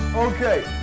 Okay